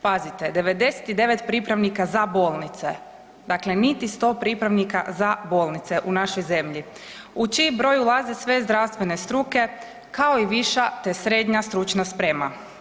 Pazite, 99 pripravnika za bolnice dakle niti 100 pripravnika za bolnice u našoj zemlji, u čiji broj ulaze sve zdravstvene struke kao i viša te srednja stručna sprema.